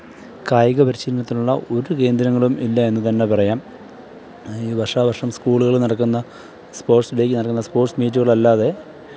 കായിക പരിശീലനത്തിനുള്ള ഒരു കേന്ദ്രങ്ങളും ഇല്ല എന്നു തന്നെ പറയാം ഈ വർഷാവർഷം സ്കൂളുകളിൽ നടക്കുന്ന സ്പോർട്സ് ഡേയിൽ നടക്കുന്ന സ്പോർട്സ് മീറ്റുകളല്ലാതെ